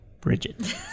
Bridget